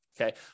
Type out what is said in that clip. Okay